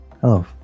Hello